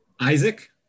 Isaac